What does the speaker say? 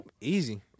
Easy